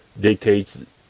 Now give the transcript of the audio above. dictates